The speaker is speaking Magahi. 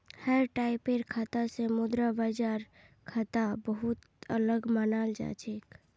हर टाइपेर खाता स मुद्रा बाजार खाता बहु त अलग मानाल जा छेक